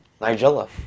Nigella